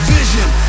Vision